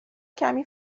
کمی